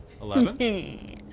Eleven